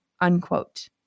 unquote